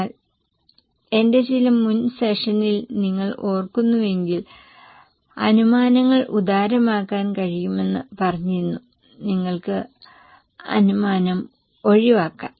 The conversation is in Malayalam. എന്നാൽ എന്റെ ചില മുൻ സെഷനിൽ നിങ്ങൾ ഓർക്കുന്നുവെങ്കിൽ അനുമാനങ്ങൾ ഉദാരമാക്കാൻ കഴിയുമെന്ന് പറഞ്ഞിരുന്നു നിങ്ങൾക്ക് അനുമാനം ഒഴിവാക്കാം